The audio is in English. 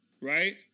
right